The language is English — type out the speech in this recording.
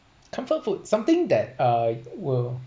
comfort food something that uh will